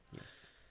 Yes